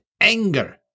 anger